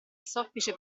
soffice